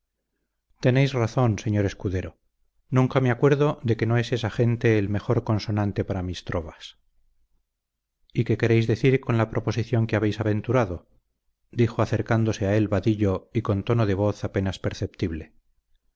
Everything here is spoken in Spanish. tenéis razón señor escudero nunca me acuerdo de que no es esa gente el mejor consonante para mis trovas y qué queréis decir con la proposición que habéis aventurado dijo acercándose a él vadillo y con tono de voz apenas perceptible